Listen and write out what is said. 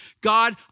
God